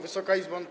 Wysoka Izbo!